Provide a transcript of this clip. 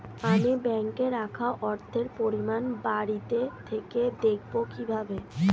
আমি ব্যাঙ্কে রাখা অর্থের পরিমাণ বাড়িতে থেকে দেখব কীভাবে?